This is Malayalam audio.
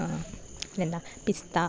പിന്നെന്താ പിസ്താ